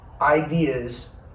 ideas